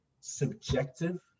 subjective